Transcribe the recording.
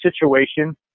situation